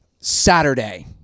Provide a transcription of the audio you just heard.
Saturday